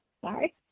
Sorry